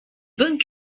bonnes